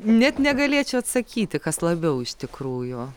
net negalėčiau atsakyti kas labiau iš tikrųjų